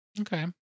Okay